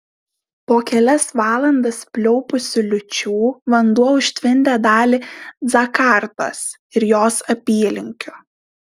po kelias valandas pliaupusių liūčių vanduo užtvindė dalį džakartos ir jos apylinkių